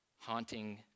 haunting